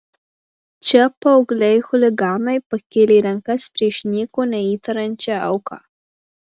čia paaugliai chuliganai pakėlė rankas prieš nieko neįtariančią auką